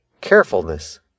carefulness